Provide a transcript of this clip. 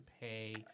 pay